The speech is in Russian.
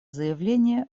заявление